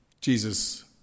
Jesus